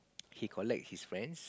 he collect his friends